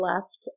left